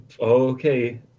okay